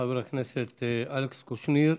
חבר הכנסת אלכס קושניר,